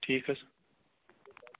ٹھیٖک حظ